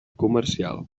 comercial